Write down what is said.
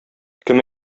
кем